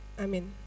Amen